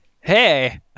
hey